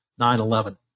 9-11